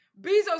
Bezos